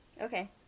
Okay